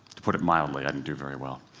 to put it mildly, i didn't do very well.